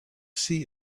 see